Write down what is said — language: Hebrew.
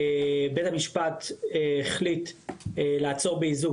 בית המשפט החליט לעצור באיזוק,